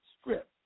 script